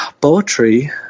poetry